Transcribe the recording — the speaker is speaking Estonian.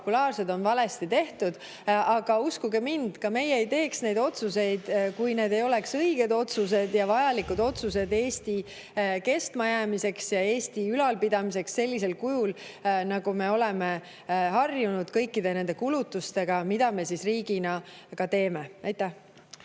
on valesti tehtud. Aga uskuge mind, ka meie ei teeks neid otsuseid, kui need ei oleks õiged otsused ja vajalikud otsused Eesti kestmajäämiseks ja Eesti ülalpidamiseks sellisel kujul, nagu me oleme harjunud kõikide nende kulutustega, mida me riigina teeme. Aitäh!